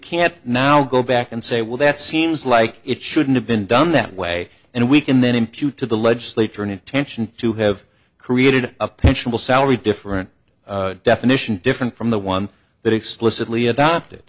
can't now go back and say well that seems like it shouldn't have been done that way and we can then impute to the legislature an intention to have created a potential salary different definition different from the one that explicitly adopted